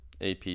AP